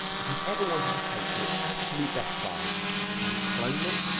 if you've ever wanted to take your absolute best clients and clone them,